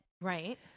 Right